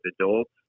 adults